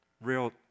Real